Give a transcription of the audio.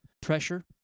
pressure